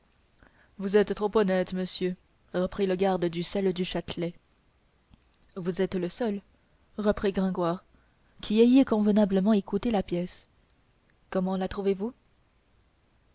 vous êtes trop honnête monsieur répondit le garde du scel du châtelet vous êtes le seul reprit gringoire qui ayez convenablement écouté la pièce comment la